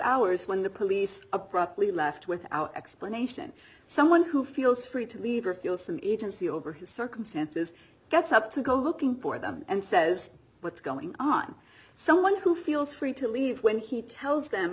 hours when the police a probably left without explanation someone who feels free to leave or feel some even see over his circumstances gets up to go looking for them and says what's going on someone who feels free to leave when he tells them